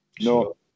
no